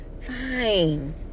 Fine